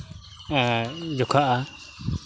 ᱡᱚᱠᱷᱟᱜᱼᱟ